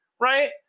right